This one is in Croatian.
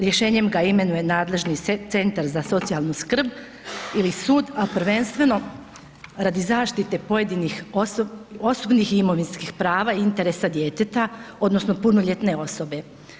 Rješenjem ga imenuje nadležni centar za socijalnu skrb ili sud, a prvenstveno, radi zaštite pojedinih osobnih i imovinskih prava i interesa djeteta, odnosno punoljetne osobe.